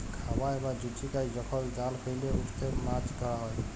খাবাই বা জুচিকাই যখল জাল ফেইলে উটতে মাছ ধরা হ্যয়